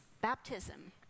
Baptism